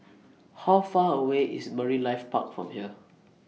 How Far away IS Marine Life Park from here